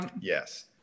Yes